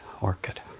orchid